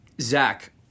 zach